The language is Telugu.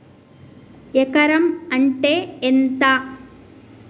ఎకరం అంటే ఎంత?